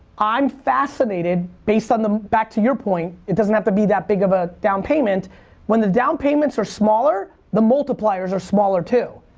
i'm fascinated based on, back to your point, it doesn't have to be that big of a down payment when the down payments are smaller, the multipliers are smaller too.